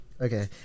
Okay